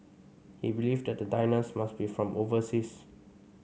he believed that the diners must be from overseas